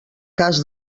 cas